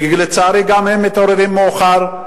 שלצערי, גם הם מתעוררים מאוחר.